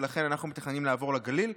ולכן אנחנו מתכננים לעבור לגליל.